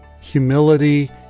Humility